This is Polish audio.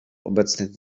obecnych